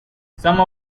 some